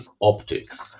optics